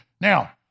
Now